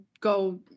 go